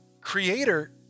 creator